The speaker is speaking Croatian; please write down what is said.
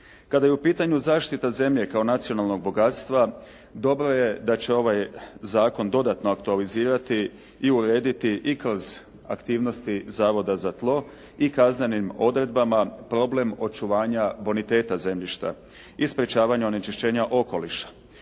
Kada je u pitanju zaštita zemlje kao nacionalnog bogatstva dobro je da će ovaj zakon dodatno aktualizirati i urediti i kroz aktivnosti Zavoda za tlo i kaznenim odredbama problem očuvanja boniteta zemljišta i sprečavanja onečišćenja okoliša.